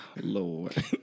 Lord